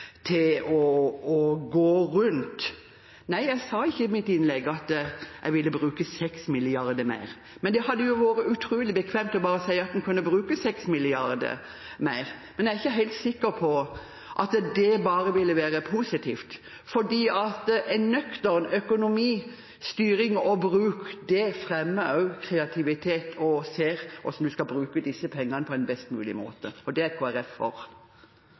dette til å gå rundt. Jeg sa ikke i mitt innlegg at jeg ville bruke 6 mrd. kr mer, men det hadde vært utrolig bekvemt bare å si at en kunne brukt 6 mrd. kr mer. Men jeg er ikke helt sikker på at det ville være bare positivt, for en nøktern økonomistyring og bruk fremmer også kreativitet, og gjør at en ser på hvordan en kan bruke disse pengene på en best mulig måte. Det er Kristelig Folkeparti for.